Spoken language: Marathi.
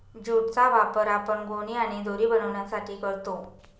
ज्यूट चा वापर आपण गोणी आणि दोरी बनवण्यासाठी करतो